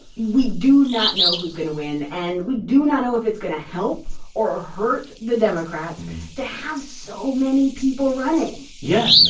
we do not know who's going to win. and we do not know if it's going to help or hurt the democrats to have so many people running yeah,